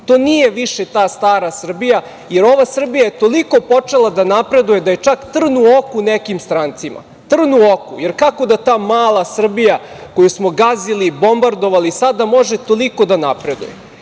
To nije više ta stara Srbija, jer ova Srbija je toliko počela da napreduje da je čak trn u oku nekim strancima. Jer, kako da ta mala Srbija koju smo gazili i bombardovali sada može toliko da napreduje? Ja